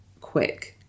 quick